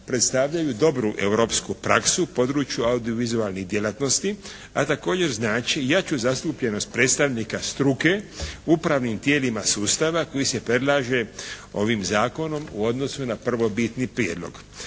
predstavljaju dobru europsku praksu u području audiovizualnih djelatnosti, a također znači jaču zastupljenost predstavnika struke u upravnim tijelima sustava koji se predlaže ovim zakonom u odnosu na prvobitni prijedlog.